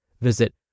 Visit